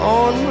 on